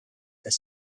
the